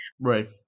Right